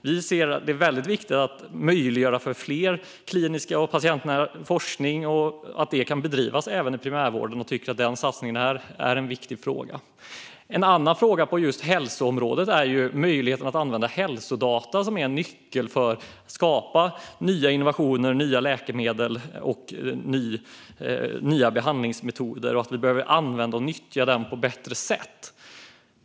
Vi ser att det är viktigt att möjliggöra mer klinisk och patientnära forskning som kan bedrivas även i primärvården. Vi tycker att denna satsning är en viktig fråga. En annan fråga på hälsoområdet är möjligheten att använda hälsodata, som är en nyckel för att skapa nya innovationer, läkemedel och behandlingsmetoder och som vi behöver använda och nyttja på ett bättre sätt.